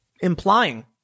implying